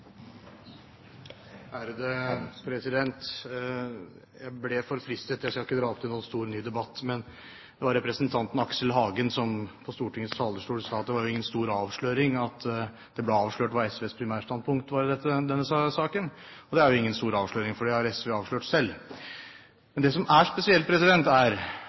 Jeg ble for fristet. Jeg skal ikke dra opp til noen stor ny debatt, men jeg tar ordet på grunn av representanten Aksel Hagen, som fra Stortingets talerstol sa at det var ingen stor avsløring hva som er SVs primærstandpunkt i denne saken, og det er det jo ikke, for det har jo SV avslørt selv. Men det som er spesielt, er at det da er